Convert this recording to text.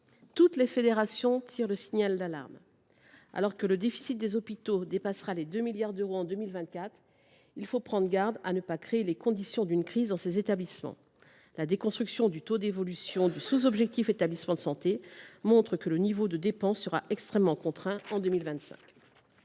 Toutes les fédérations tirent le signal d’alarme. Alors que le déficit des hôpitaux dépassera les 2 milliards d’euros en 2024, il faut prendre garde à ne pas créer les conditions d’une crise dans ces établissements. La déconstruction du taux d’évolution du sous objectif relatif aux établissements de santé montre que le niveau de dépenses sera extrêmement contraint en 2025.